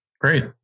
Great